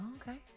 Okay